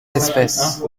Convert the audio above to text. d’espèce